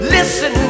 Listen